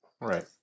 Right